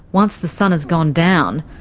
once the sun has gone down,